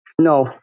No